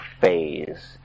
phase